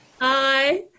Hi